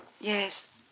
Yes